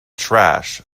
trash